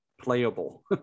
playable